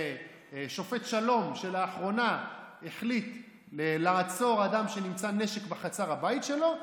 שופט שלום לאחרונה החליט לעצור אדם שנמצא נשק בחצר הבית שלו,